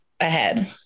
ahead